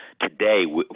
today